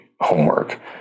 homework